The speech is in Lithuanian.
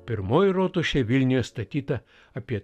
pirmoji rotušė vilniuje statyta apie